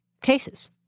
cases